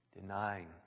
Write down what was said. denying